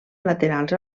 laterals